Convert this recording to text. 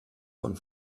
von